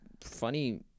funny